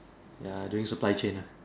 ya I doing supply chain lah